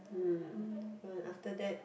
mm after that